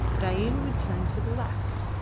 dain would turn to the left.